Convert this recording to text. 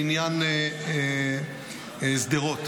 לעניין שדרות